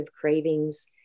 cravings